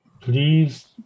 Please